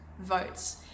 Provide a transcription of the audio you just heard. votes